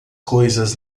coisas